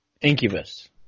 Incubus